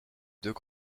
deux